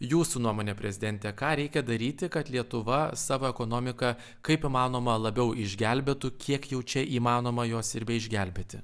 jūsų nuomone prezidente ką reikia daryti kad lietuva savo ekonomiką kaip įmanoma labiau išgelbėtų kiek jau čia įmanoma juos ir beišgelbėti